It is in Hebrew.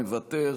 מוותר,